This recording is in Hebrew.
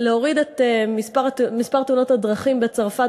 להוריד את מספר תאונות הדרכים בצרפת